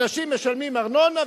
אנשים משלמים ארנונה,